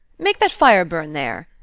make that fire burn there!